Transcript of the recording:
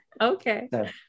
Okay